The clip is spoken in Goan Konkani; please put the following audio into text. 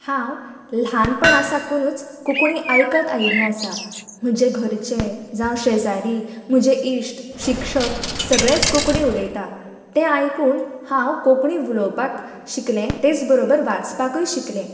हांव ल्हानपणां साकुनूच कोंकणी आयकत आयिल्लें आसा म्हजे घरचे जावं शेजारी म्हजे इश्ट शिक्षक सगळेंच कोंकणी उलयतात तें आयकून हांव कोंकणी उलोवपाक शिकले तेच बरोबर वाचपाकय शिकले